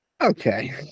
okay